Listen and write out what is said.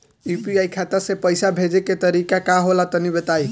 UPI खाता से पइसा भेजे के तरीका का होला तनि बताईं?